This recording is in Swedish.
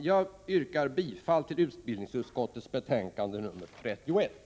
Jag yrkar bifall till hemställan i utbildningsutskottets betänkande nr 31.